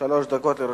שלוש דקות לרשותך.